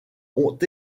ont